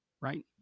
Right